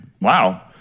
Wow